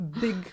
big